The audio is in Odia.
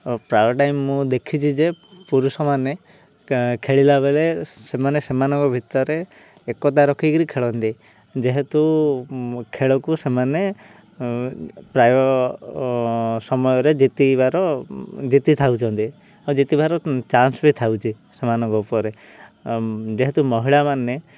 ଆଉ ପ୍ରାୟ ଟାଇମ୍ ମୁଁ ଦେଖିଛି ଯେ ପୁରୁଷମାନେ ଖେଳିଲା ବେଳେ ସେମାନେ ସେମାନଙ୍କ ଭିତରେ ଏକତା ରଖିକିରି ଖେଳନ୍ତି ଯେହେତୁ ଖେଳକୁ ସେମାନେ ପ୍ରାୟ ସମୟ ରେ ଜତାଇବାର ଜିତି ଥାଉଛନ୍ତି ଆଉ ଜତିିବାର ଚାନ୍ସ ବି ଥାଉଛି ସେମାନଙ୍କ ଉପରେ ଯେହେତୁ ମହିଳାମାନେ